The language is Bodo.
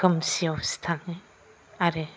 खोमसियावसो थाङो आरो